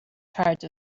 charge